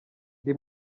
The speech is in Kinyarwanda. ndi